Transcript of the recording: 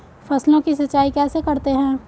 फसलों की सिंचाई कैसे करते हैं?